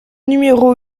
numéro